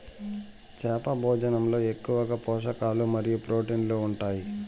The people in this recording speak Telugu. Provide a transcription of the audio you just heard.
చేప భోజనంలో ఎక్కువగా పోషకాలు మరియు ప్రోటీన్లు ఉంటాయి